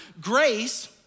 Grace